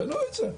תשנו את זה.